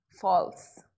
false